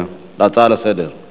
זה עניין טכני, אני יודעת.